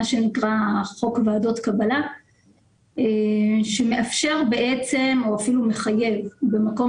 מה שנקרא חוק ועדות קבלה שמאפשר או אפילו מחייב במקום